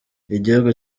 igihugu